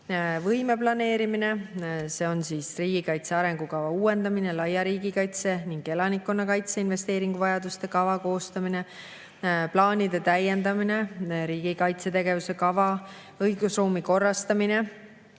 võimeplaneerimine, see on riigikaitse arengukava uuendamine, laia riigikaitse ning elanikkonnakaitse investeeringuvajaduste kava koostamine, plaanide täiendamine, riigi kaitsetegevuse kava, õigusruumi korrastamine,